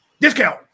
discount